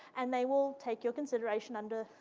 and they will take your consideration under,